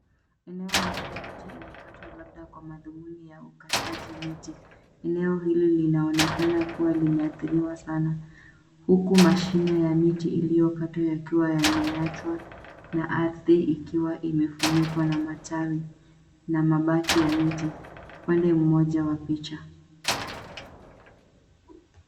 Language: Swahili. Eneo ambalo miti imekatwa labda kwa madhumuni ya ukataji miti. Eneo hili linaonekana kuwa limeathiriwa sana, huku mashina ya miti iliyokatwa yakiwa yameachwa na ardhi ikiwa imefunikwa na matawi na mabaki ya miti upande mmoja wa picha.